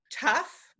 tough